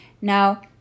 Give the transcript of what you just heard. Now